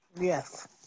Yes